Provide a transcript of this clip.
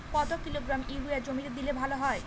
কত kilogram urea জমিতে দিলে ভালো হয়?